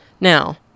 Now